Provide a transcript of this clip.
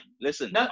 Listen